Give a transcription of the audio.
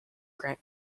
grant